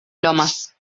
lomas